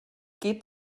geht